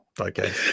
okay